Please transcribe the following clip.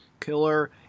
killer